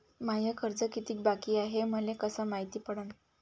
माय कर्ज कितीक बाकी हाय, हे मले कस मायती पडन?